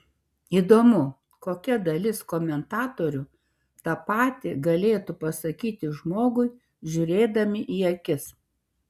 įdomu kokia dalis komentatorių tą patį galėtų pasakyti žmogui žiūrėdami į akis